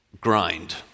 grind